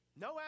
No